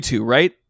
right